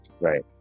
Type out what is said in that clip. Right